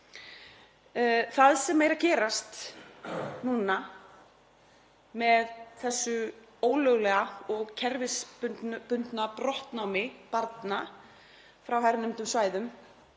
Það sem er að gerast núna með þessu ólöglega og kerfisbundna brottnámi barna af hálfu rússneska